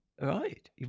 right